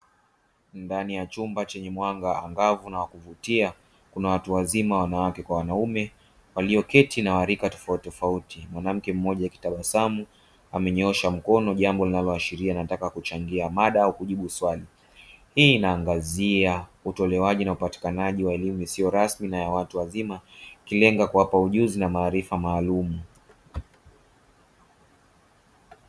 Ndani ya chumba chenye mwanga angavu na wa kuvutia, kuna watu wazima wanawake kwa wanaume walioketi na wa rika tofautitofauti. Mwanamke mmoja akitabasamu amenyoosha mkono jambo linaloashiria anataka kuchangia mada au kujibu swali. Hii inaangazia utolewaji na upatikanaji wa elimu isiyo rasmi na ya watu wazima, ikilenga kuwapa ujuzi na maalumu.